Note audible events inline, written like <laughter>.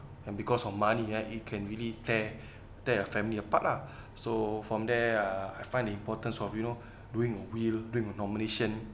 and because of money ah it can really tear <breath> tear your family apart lah <breath> so from there uh I find the importance of you know doing a will doing a nomination